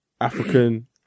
African